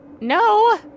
No